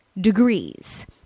degrees